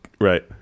Right